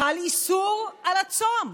חל איסור לצום,